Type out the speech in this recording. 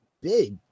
big